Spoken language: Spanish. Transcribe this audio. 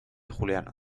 juliano